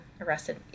arrested